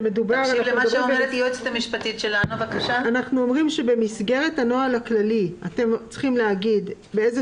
אנחנו אומרים שבמסגרת הנוהל הכללי אתם צריכים להגיד באיזו